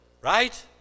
right